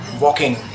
walking